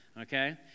okay